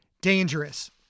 dangerous